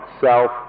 self